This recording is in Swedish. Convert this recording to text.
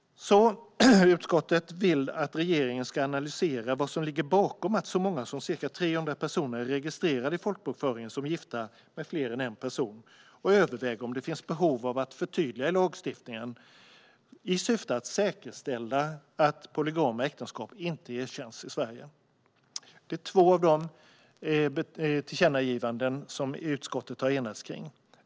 Utskottet vill att regeringen ska analysera vad som ligger bakom att så många som ca 300 personer är registrerade i folkbokföringen som gifta med fler än en person och överväga om det finns behov av att förtydliga lagstiftningen i syfte att säkerställa att polygama äktenskap inte erkänns i Sverige. Detta är två av de tillkännagivanden som utskottet har enats kring.